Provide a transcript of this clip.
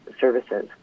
Services